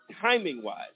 timing-wise